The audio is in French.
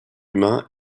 humains